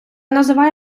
називай